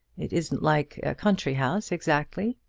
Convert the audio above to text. it isn't like a country-house exactly.